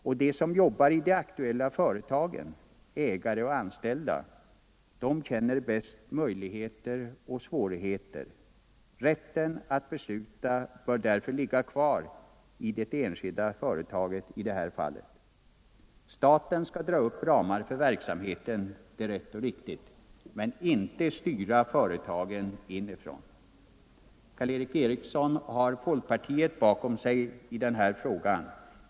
Och de som jobbar i de aktuella företagen — ägare och anställda — känner bäst möjligheter och svårigheter. Rätten att besluta bör därför ligga kvar i det enskilda företaget. Det är riktigt att låta staten dra upp ramar för verksamheten, men staten skall inte styra företagen inifrån. Karl Erik Eriksson har folkpartiet bakom sig i denna fråga.